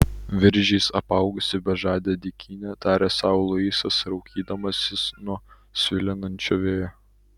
viržiais apaugusi bežadė dykynė tarė sau luisas raukydamasis nuo svilinančio vėjo